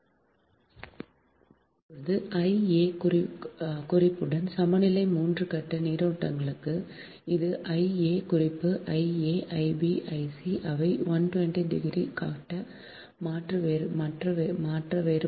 இப்போது I a குறிப்புடன் சமநிலை 3 கட்ட கரண்ட் இது I a குறிப்பு I a i b i c அவை 120 டிகிரி கட்ட மாற்ற வேறுபாடு